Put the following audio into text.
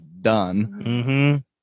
done